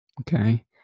Okay